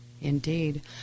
Indeed